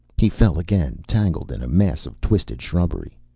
he fell again, tangled in a mass of twisted shrubbery.